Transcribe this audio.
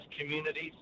communities